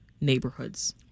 neighborhoods